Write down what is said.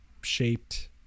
shaped